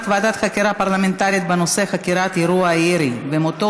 ועדת חקירה פרלמנטרית בנושא: חקירת אירוע הירי ומותו